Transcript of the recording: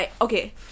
Okay